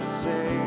say